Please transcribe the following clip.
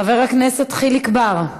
חבר הכנסת חיליק בר,